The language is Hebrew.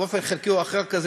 באופן חלקי כזה או אחר,